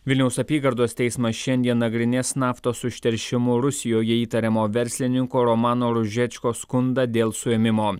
vilniaus apygardos teismas šiandien nagrinės naftos užteršimu rusijoje įtariamo verslininko romano ružečko skundą dėl suėmimo